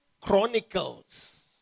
Chronicles